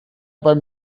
beim